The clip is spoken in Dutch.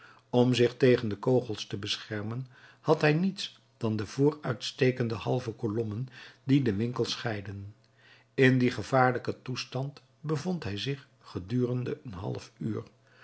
om zich tegen de kogels te beschermen had hij niets dan de vooruitstekende halve kolommen die de winkels scheiden in dien gevaarlijken toestand bevond hij zich gedurende een half uur